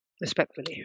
respectfully